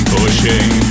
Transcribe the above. Pushing